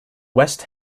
west